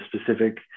specific